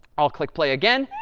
i'll click play again.